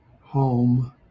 Home